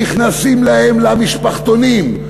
נכנסים להם למשפחתונים,